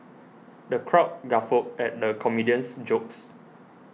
the crowd guffawed at the comedian's jokes